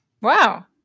Wow